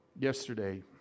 Yesterday